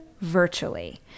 virtually